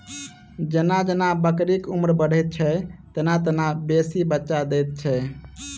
जेना जेना बकरीक उम्र बढ़ैत छै, तेना तेना बेसी बच्चा दैत छै